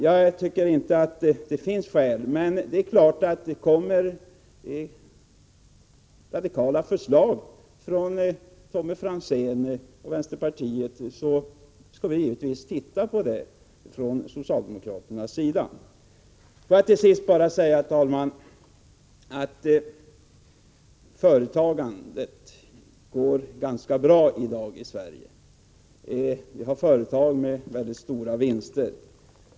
Jag tycker inte det finns något skäl till ändring, men om det kommer radikala förslag från Tommy Franzén och vänsterpartiet kommunisterna, skall vi givetvis titta på dem från socialdemokraternas sida. Till sist vill jag säga, herr talman, att företagandet här i landet går ganska brai dag. Vi har företag med mycket stora vinster.